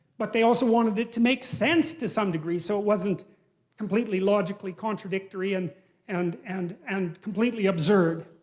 but they also wanted it to make sense, to some degree, so it wasn't completely logically contradictory and and and and completely absurd.